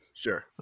sure